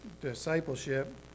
discipleship